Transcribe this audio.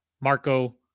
Marco